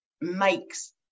makes